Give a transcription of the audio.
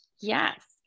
Yes